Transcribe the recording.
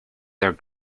their